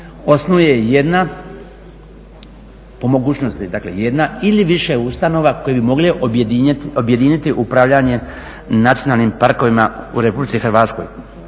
osnuje jedna, po mogućnosti jedna ili više ustanova koje bi mogle objediniti upravljanje nacionalnim parkovima u RH.